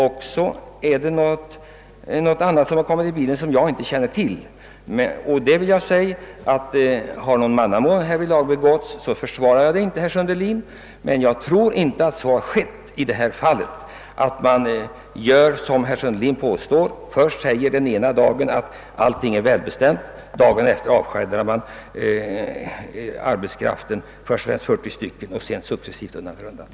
Om någon mannamån begåtts i detta fall, herr Sundelin, så försvarar jag inte det. Jag tror emellertid inte att det är så som herr Sundelin påstod, att man ena dagen säger att allting är väl beställt och följande dag avskedar 40 man. Framför allt: generalisera inte!